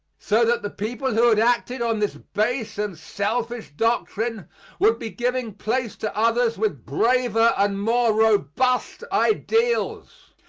so that the people who had acted on this base and selfish doctrine would be giving place to others with braver and more robust ideals.